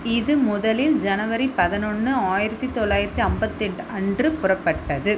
இது முதலில் ஜனவரி பதினொன்று ஆயிரத்து தொள்ளாயிரத்தி ஐம்பத்தெட்டு அன்று புறப்பட்டது